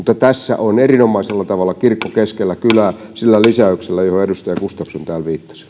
tässä on erinomaisella tavalla kirkko keskellä kylää sillä lisäyksellä johon edustaja gustafsson täällä viittasi